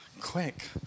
Quick